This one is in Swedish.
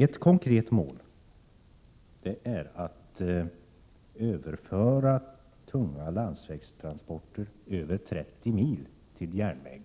Ett konkret mål är att överföra tunga landsvägstransporter över 30 mil till järnväg.